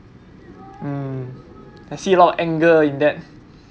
um I see a lot of anger in that